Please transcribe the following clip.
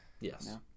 Yes